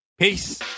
Peace